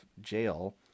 jail